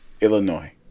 illinois